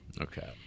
okay